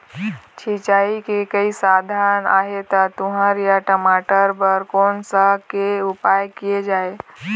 सिचाई के कई साधन आहे ता तुंहर या टमाटर बार कोन सा के उपयोग किए जाए?